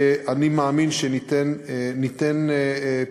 ואני מאמין שניתן פתרונות.